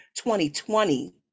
2020